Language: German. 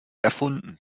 erfunden